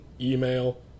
email